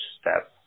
step